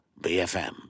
BFM